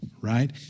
Right